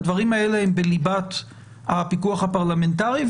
הדברים האלה הם בליבת הפיקוח הפרלמנטרי.